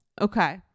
Okay